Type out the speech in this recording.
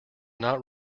not